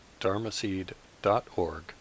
dharmaseed.org